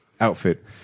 outfit